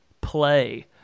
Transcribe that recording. play